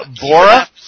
Bora